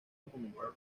documentales